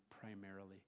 primarily